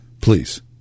please